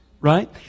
right